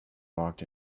walked